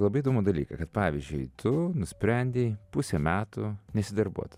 labai įdomų dalyką kad pavyzdžiui tu nusprendei pusę metų nesidarbuot